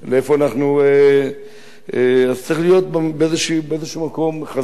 צריך להיות באיזה מקום חזקים.